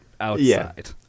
Outside